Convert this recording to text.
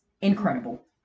incredible